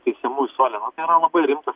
teisiamųjų suole na tai yra labai rimtas